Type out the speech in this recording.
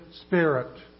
spirit